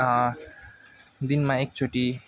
दिनमा एकचोटि